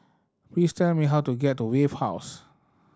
please tell me how to get to Wave House